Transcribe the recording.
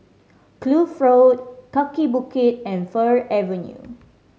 Kloof Road Kaki Bukit and Fir Avenue